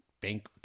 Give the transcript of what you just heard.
bank